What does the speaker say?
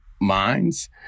minds